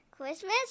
Christmas